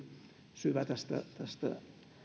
syvä tästä tästä